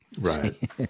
Right